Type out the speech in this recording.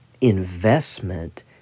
investment